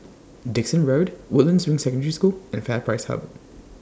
Dickson Road Woodlands Ring Secondary School and FairPrice Hub